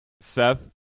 seth